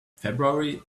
february